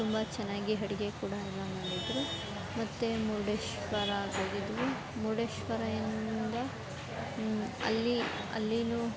ತುಂಬ ಚೆನ್ನಾಗಿ ಅಡುಗೆ ಕೂಡ ಎಲ್ಲ ಮಾಡಿದರು ಮತ್ತು ಮುರುಡೇಶ್ವರಗೆ ಹೋಗಿದ್ವಿ ಮುರುಡೇಶ್ವರ ಇಂದ ಅಲ್ಲಿ ಅಲ್ಲಿಯೂ